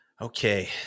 Okay